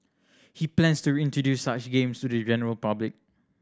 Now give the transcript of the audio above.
he plans to introduce such games to the general public